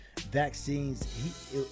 vaccines